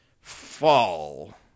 fall